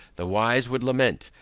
the wise would lament,